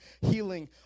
Healing